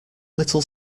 little